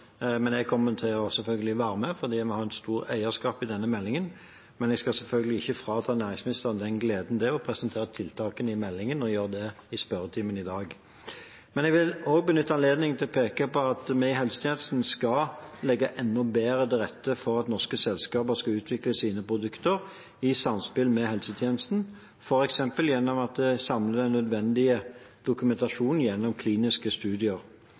men jeg kommer selvfølgelig til å være med, for vi har et stort eierskap til denne meldingen. Jeg skal selvfølgelig ikke frata næringsministeren den gleden det er å presentere tiltakene i meldingen, og gjøre det i spørretimen i dag, men jeg vil benytte anledningen til å peke på at vi i helsetjenesten skal legge enda bedre til rette for at norske selskaper skal utvikle sine produkter i samspill med helsetjenesten, f.eks. gjennom at en samler den nødvendige dokumentasjonen gjennom kliniske studier.